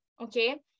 okay